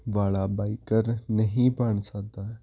ਵਾਲਾ ਬਾਈਕਰ ਨਹੀਂ ਬਣ ਸਕਦਾ